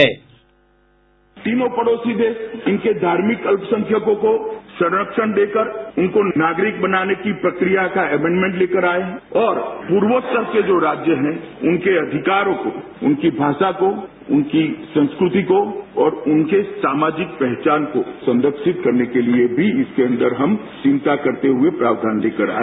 sound bite तीनों पड़ोसी देश इनके धार्मिक अल्पसंख्यकों को संरक्षण देकर इनको नागरिक बनाने की प्रक्रिया का अमेंडमेंट लेकर आए और पूर्वोत्तर के जो राज्य हैं उनके अधिकारों को उनकी भाषा को उनकी संस्कृति को और उनके सामाजिक पहचान को संरक्षित करने के लिए भी इसके अंदर हम चिंता करते हुए प्रावधान लेकर आए